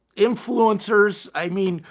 influencers. i mean,